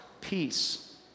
peace